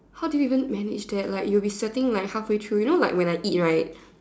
how do you even manage that like you'll be sweating like halfway through you know like when I eat right